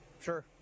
Sure